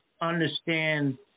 understand